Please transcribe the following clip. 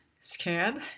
scared